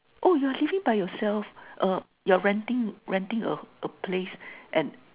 oh you're living by yourself uh you're renting renting a a place and